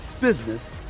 business